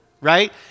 right